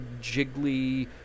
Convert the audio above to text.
jiggly